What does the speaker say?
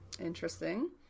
Interesting